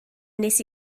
wnes